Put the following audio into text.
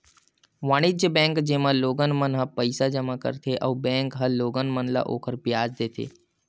वाणिज्य बेंक, जेमा लोगन मन ह पईसा जमा करथे अउ बेंक ह लोगन मन ल ओखर बियाज देथे